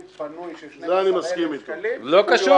אני רק